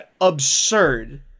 absurd